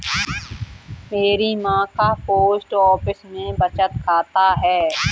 मेरी मां का पोस्ट ऑफिस में बचत खाता है